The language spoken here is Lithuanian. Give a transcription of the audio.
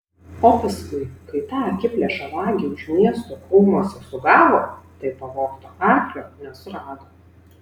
o paskui kai tą akiplėšą vagį už miesto krūmuose sugavo tai pavogto arklio nesurado